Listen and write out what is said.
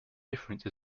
difference